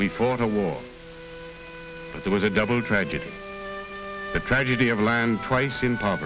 we fought a war that was a double tragedy the tragedy of land twice in p